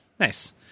Nice